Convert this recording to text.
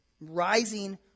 rising